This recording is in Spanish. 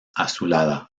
azulada